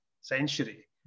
century